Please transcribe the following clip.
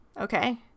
Okay